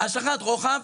- השלכת רוחב.